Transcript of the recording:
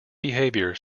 behavior